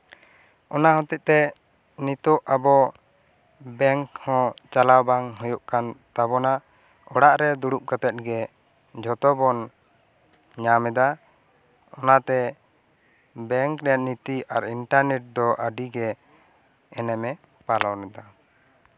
ᱚᱱᱟ ᱦᱚᱛᱮᱫ ᱛᱮ ᱱᱤᱛᱳᱜ ᱟᱵᱚ ᱵᱮᱝᱠ ᱦᱚᱸ ᱪᱟᱞᱟᱣ ᱵᱟᱝ ᱦᱩᱭᱩᱜ ᱠᱟᱱ ᱛᱟᱵᱚᱱᱟ ᱚᱲᱟᱜ ᱨᱮ ᱫᱩᱲᱩᱵ ᱠᱟᱛᱮᱫ ᱜᱮ ᱡᱷᱚᱛᱚ ᱵᱚᱱ ᱧᱟᱢᱮᱫᱟ ᱚᱱᱟᱛᱮ ᱵᱚᱝᱠ ᱨᱮᱭᱟᱜ ᱱᱤᱛᱤ ᱟᱨ ᱤᱱᱴᱟᱨᱱᱮᱴ ᱫᱚ ᱟᱹᱰᱤ ᱜᱮ ᱮᱱᱮᱢᱮ ᱯᱟᱞᱚᱱᱼᱮᱫᱟ